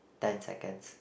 ten seconds